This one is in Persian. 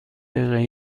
دقیقه